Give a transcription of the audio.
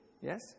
Yes